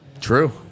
True